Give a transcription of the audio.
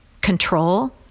control